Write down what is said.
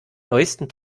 neusten